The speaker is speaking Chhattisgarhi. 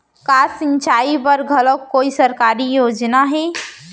का सिंचाई बर घलो कोई सरकारी योजना हे?